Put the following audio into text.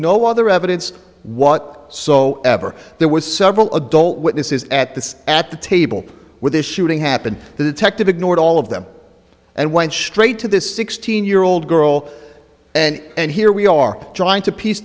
no other evidence what so ever there was several adult witnesses at the at the table where this shooting happened the detective ignored all of them and went straight to this sixteen year old girl and here we are trying to piece